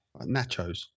nachos